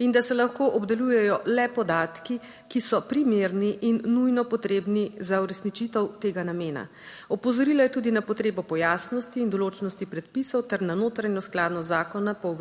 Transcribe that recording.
in da se lahko obdelujejo le podatki, ki so primerni in nujno potrebni za uresničitev tega namena. Opozorila je tudi na potrebo po jasnosti in določnosti predpisov ter na notranjo skladnost zakona po